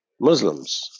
Muslims